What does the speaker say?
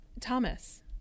thomas